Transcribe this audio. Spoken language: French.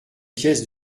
pièces